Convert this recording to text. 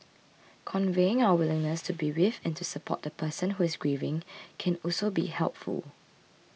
conveying our willingness to be with and to support the person who is grieving can also be helpful